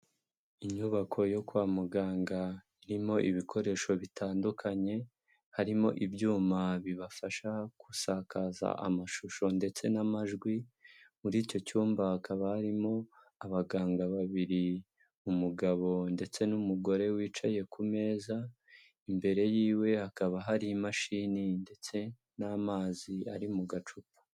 Inyubako yo kwa muganga irimo ibikoresho bitandukanye, harimo ibyuma bibafasha gusakaza amashusho ndetse n'amajwi, muri icyo cyumba hakaba harimo abaganga babiri, umugabo ndetse n'umugore wicaye ku meza, imbere y'iwe hakaba hari imashini ndetse n'amazi ari mu gacupa.